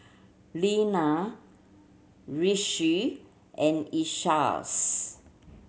Linna Rishi and Isaias